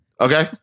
Okay